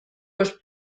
was